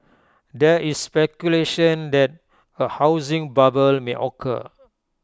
there is speculation that A housing bubble may occur